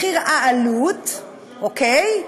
מחיר העלות, אוקיי?